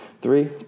Three